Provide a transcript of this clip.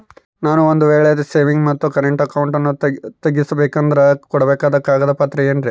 ನಾನು ಒಂದು ವೇಳೆ ಸೇವಿಂಗ್ಸ್ ಮತ್ತ ಕರೆಂಟ್ ಅಕೌಂಟನ್ನ ತೆಗಿಸಬೇಕಂದರ ಕೊಡಬೇಕಾದ ಕಾಗದ ಪತ್ರ ಏನ್ರಿ?